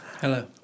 Hello